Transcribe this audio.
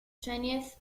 twentieth